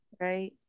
Right